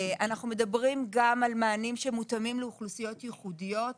אנחנו מדברים גם על מענים שמותאמים לאוכלוסיות ייחודיות.